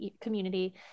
community